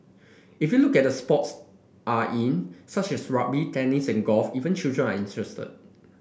if you look at the sports are in such as rugby tennis and golf even children are interested